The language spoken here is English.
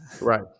right